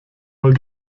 mal